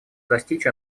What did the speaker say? достичь